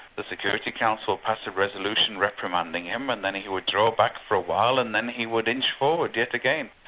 the security council would pass a resolution reprimanding him and then he would draw back for a while and then he would inch forward yet again.